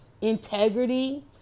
integrity